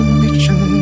mission